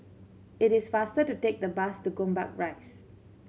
it is faster to take the bus to Gombak Rise